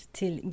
till